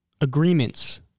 agreements